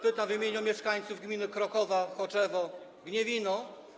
Pytam w imieniu mieszkańców gmin Krokowa, Choczewo i Gniewino.